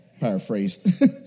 Paraphrased